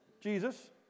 Jesus